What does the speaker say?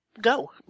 go